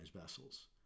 vessels